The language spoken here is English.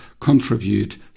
contribute